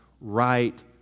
right